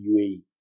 UAE